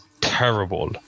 terrible